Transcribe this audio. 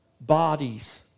bodies